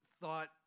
thought